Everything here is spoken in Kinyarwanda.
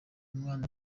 umwana